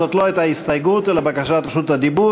זאת לא הייתה הסתייגות אלא בקשת רשות דיבור.